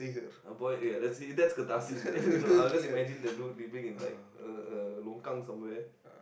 oh boy ya that's that's catharsis man you know I will just imagine living in like a a longkang somewhere